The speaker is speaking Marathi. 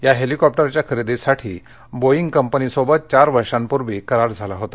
या हेलीकॉप्टरच्या खरेदीसाठी बोईग कंपनीशी चार वर्षांपूर्वी करार झाला होता